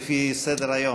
לפי סדר-היום.